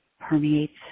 permeates